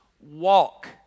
walk